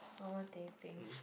normal teh peng